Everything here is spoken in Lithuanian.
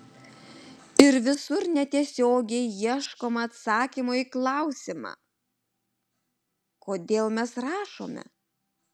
ir visur netiesiogiai ieškoma atsakymo į klausimą kodėl mes rašome